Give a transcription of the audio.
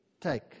take